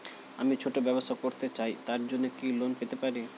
আমি ছোট ব্যবসা করতে চাই তার জন্য কি লোন পেতে পারি?